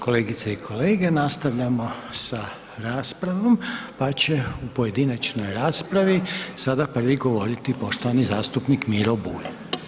Kolegice i kolege, nastavljamo sa raspravom, pa će u pojedinačnoj raspravi sada prvi govoriti poštovani zastupnik Miro Bulj.